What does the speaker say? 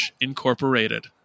Incorporated